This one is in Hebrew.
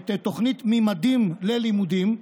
את תוכנית ממדים ללימודים,